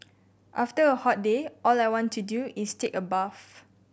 after a hot day all I want to do is take a bath